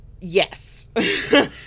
Yes